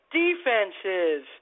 defenses